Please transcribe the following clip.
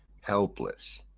helpless